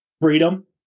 Freedom